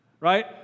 right